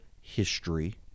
history